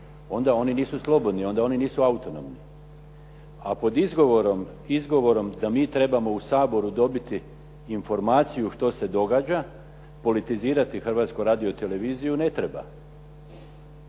onda oni nisu slobodni, onda oni nisu autonomni. A pod izgovorom da mi trebamo u Saboru dobiti informaciju što se događa, politizirati Hrvatsku radio-televiziju ne treba.